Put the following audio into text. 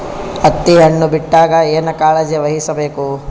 ಹತ್ತಿ ಹಣ್ಣು ಬಿಟ್ಟಾಗ ಏನ ಕಾಳಜಿ ವಹಿಸ ಬೇಕು?